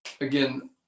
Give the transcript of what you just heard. Again